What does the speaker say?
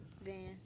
van